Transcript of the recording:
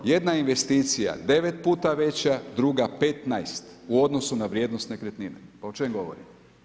Jedna investicija 9 puta veća, druga 15 u odnosu na vrijednost nekretnine, pa o čemu govorim.